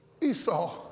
Esau